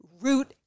root